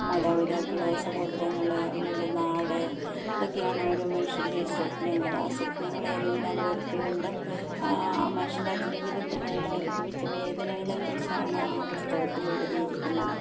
മാതാപിതാക്കൾ സഹോദരങ്ങൾ അവൻ്റെ നാട് അതൊക്കെയാണ് ഓരോ മനുഷ്യൻ്റെ സ്വപ്നങ്ങൾ ആ സ്വപ്നങ്ങൾ എല്ലാം വെറുത്തു കൊണ്ട് ആ മനുഷ്യൻ്റെ ആ ജീവിതത്തിലുള്ള അനുഭവിച്ച വേദനകളെ കുറിച്ചാണ് ആ പുസ്തകത്തിൽ എഴുതിയിരിക്കുന്നത്